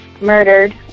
murdered